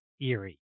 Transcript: eerie